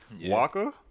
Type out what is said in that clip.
Walker